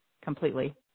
completely